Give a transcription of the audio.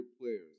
players